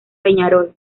peñarol